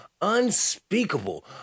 unspeakable